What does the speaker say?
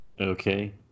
okay